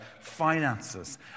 finances